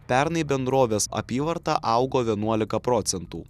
pernai bendrovės apyvarta augo vienuolika procentų